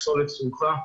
פסולת שרופה,